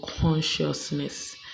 consciousness